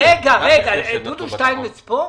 דודו שטיינמץ כאן?